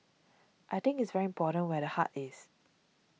I think it's very important where the heart is